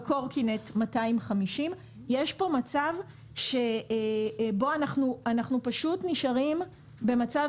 בקורקינט 250. אנחנו פשוט נשארים במצב